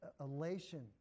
elation